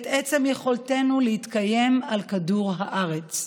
את עצם יכולתנו להתקיים על כדור הארץ.